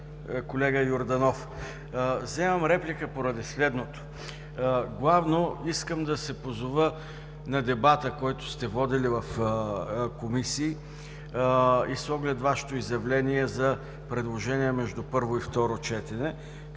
колега Йорданов, вземам реплика поради следното: главно искам да се позова на дебата, който сте водили в комисии и с оглед Вашето изявление за предложения между първо и второ четене,